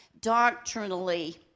doctrinally